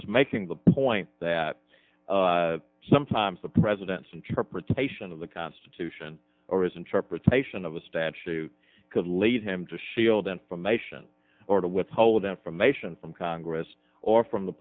was making the point that sometimes the president's interpretation of the constitution or is in sharper taishan of a statute could lead him to shield information or to withhold information from congress or from the